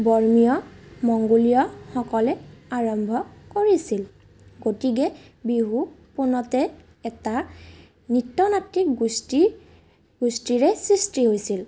বৰ্মীয় মংগোলীয়সকলে আৰম্ভ কৰিছিল গতিকে বিহুক পোনতে এটা নৃত্য নাটিক গোষ্ঠী গোষ্ঠীৰে সৃষ্টি হৈছিল